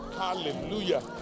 Hallelujah